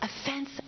Offense